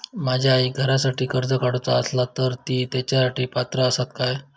माझ्या आईक घरासाठी कर्ज काढूचा असा तर ती तेच्यासाठी पात्र असात काय?